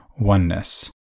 oneness